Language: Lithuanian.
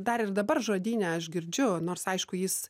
dar ir dabar žodyne aš girdžiu nors aišku jis